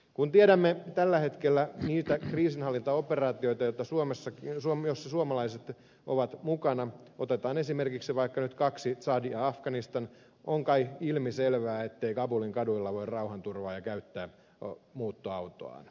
kun tiedämme ne kriisinhallintaoperaatiot joissa suomalaiset tällä hetkellä ovat mukana otetaan esimerkiksi nyt vaikka kaksi tsad ja afganistan niin on kai ilmiselvää ettei kabulin kaduilla voi rauhanturvaaja käyttää muuttoautoaan